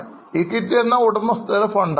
equity എന്നാൽ ഉടമസ്ഥരുടെ fund ആണ്